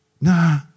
Nah